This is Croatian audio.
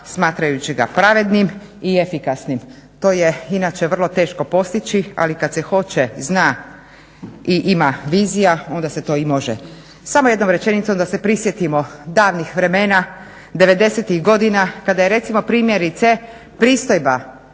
smatrajući ga pravednim i efikasnim. To je inače vrlo teško postići, ali kad se hoće, zna i ima vizija onda se to i može. Samo jednom rečenicom da se prisjetimo davnih vremena, 90-ih godina kada je recimo primjerice pristojba